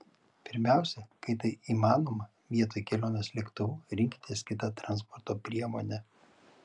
pirmiausia kai tai įmanoma vietoj kelionės lėktuvu rinkitės kitą transporto priemonę